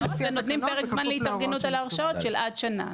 ונותנים פרק זמן להתארגנות על ההרשאות של עד שנה.